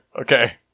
Okay